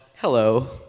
Hello